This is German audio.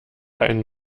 einen